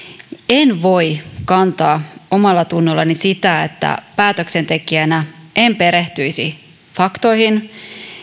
en voi kantaa omallatunnollani sitä että päätöksentekijänä en perehtyisi faktoihin